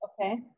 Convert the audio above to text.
Okay